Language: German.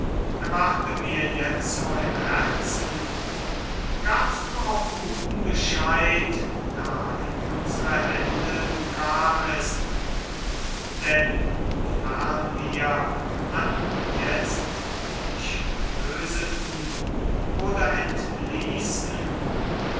erwarte mir jetzo im herzen gabst du auch guten bescheid da in unsere hände du kamest denn wofern wir anjetzt dich löseten oder